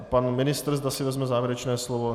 A pan ministr, zda si vezme závěrečné slovo?